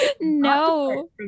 no